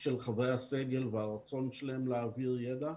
של חברי הסגל והרצון שלהם להעביר ידע.